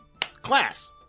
class